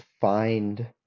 find